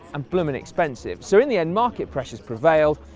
and blooming expensive. so in the end, market pressures prevailed,